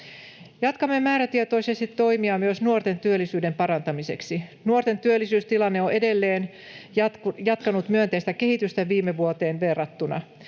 Jatkamme määrätietoisesti toimia myös nuorten työllisyyden parantamiseksi. Nuorten työllisyystilanne on edelleen jatkanut myönteistä kehitystä viime vuoteen verrattuna.